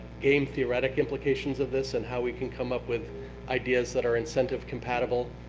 gain theoretic implications of this and how we can come up with ideas that are incentive compatible